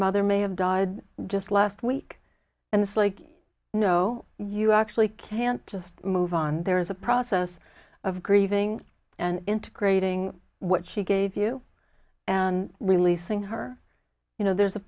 mother may have died just last week and it's like no you actually can't just move on there is a process of grieving and integrating what she gave you and releasing her you know there's a